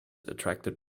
attracted